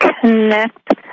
connect